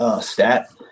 stat